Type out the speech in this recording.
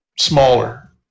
Smaller